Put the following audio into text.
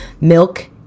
milk